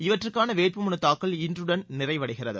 இவற்றுக்கான வேட்புமனு தாக்கல் இன்றுடன் நிறைவடைகிறது